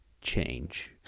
change